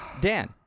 Dan